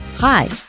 Hi